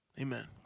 amen